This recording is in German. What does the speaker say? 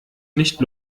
nicht